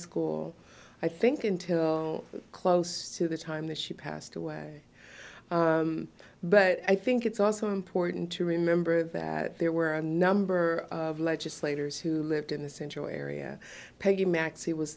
school i think until close to the time that she passed away but i think it's also important to remember that there were a number of legislators who lived in this enjoy area peggy maxie was